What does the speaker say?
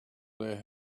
their